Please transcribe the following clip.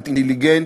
אינטליגנט,